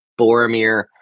Boromir